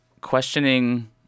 questioning